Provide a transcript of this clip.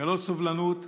לגלות סובלנות,